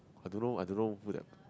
I don't know I don't know who that